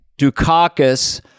Dukakis